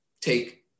take